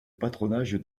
patronage